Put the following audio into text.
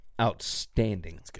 outstanding